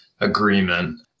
agreement